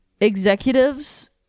executives